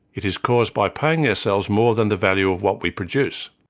it is caused by paying ourselves more than the value of what we produce.